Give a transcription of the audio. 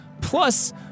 plus